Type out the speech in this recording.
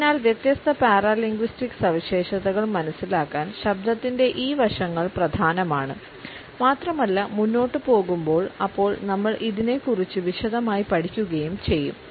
അതിനാൽ വ്യത്യസ്ത പാരാലിംഗുസ്റ്റിക് സവിശേഷതകൾ മനസിലാക്കാൻ ശബ്ദത്തിന്റെ ഈ വശങ്ങൾ പ്രധാനമാണ് മാത്രമല്ല മുന്നോട്ടു പോകുമ്പോൾ അപ്പോൾ നമ്മൾ ഇതിനെക്കുറിച്ച് വിശദമായി പഠിക്കുകയും ചെയ്യും